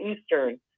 eastern